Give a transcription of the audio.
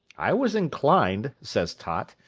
i was inclined, says tott,